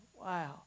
Wow